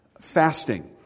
fasting